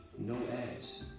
no ads,